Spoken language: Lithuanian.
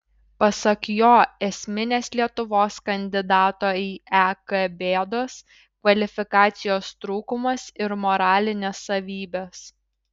pasak jo esminės lietuvos kandidato į ek bėdos kvalifikacijos trūkumas ir moralinės savybės